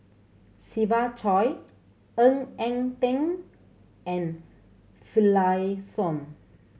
Siva Choy Ng Eng Teng and Finlayson